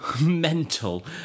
mental